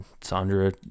sandra